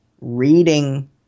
reading